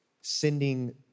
sending